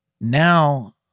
Now